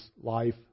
life